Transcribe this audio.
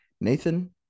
Nathan